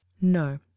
No